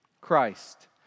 Christ